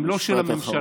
הן לא של הממשלה,